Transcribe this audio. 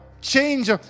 change